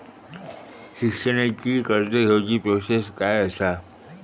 शिक्षणाची कर्ज घेऊची प्रोसेस काय असा?